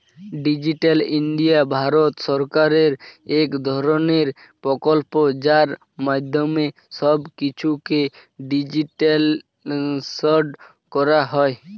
digital India Bharat সরকারের এক ধরণের প্রকল্প যার মাধ্যমে সব কিছুকে ডিজিটালাইসড করা হয়